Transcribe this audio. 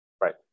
Right